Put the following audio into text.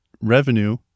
revenue